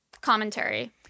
commentary